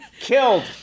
killed